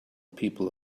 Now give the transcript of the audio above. people